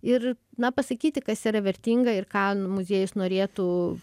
ir na pasakyti kas yra vertinga ir ką muziejus norėtų